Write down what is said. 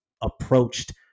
approached